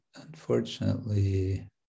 unfortunately